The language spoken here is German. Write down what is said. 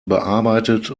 bearbeitet